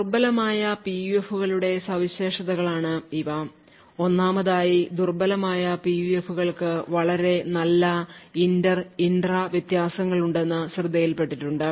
ദുർബലമായ PUF കളുടെ സവിശേഷതകളാണ് ഇവ ഒന്നാമതായി ദുർബലമായ PUF കൾക്ക് വളരെ നല്ല ഇന്റർ ഇൻട്രാ interintra വ്യത്യാസങ്ങൾ ഉണ്ടെന്ന് ശ്രദ്ധയിൽപ്പെട്ടിട്ടുണ്ട്